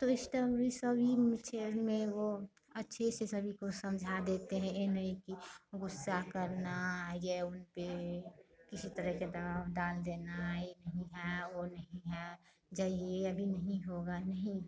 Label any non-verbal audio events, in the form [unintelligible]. तो इस [unintelligible] सभी [unintelligible] में वह अच्छे से सभी को समझा देते हैं यह नहीं कि गुस्सा करना या उनपर किसी तरह का दबाव डाल देना यह नहीं है वह नहीं है जाइए अभी नहीं होगा नहीं